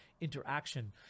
interaction